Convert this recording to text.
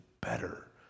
better